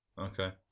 Okay